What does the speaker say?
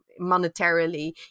monetarily